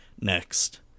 next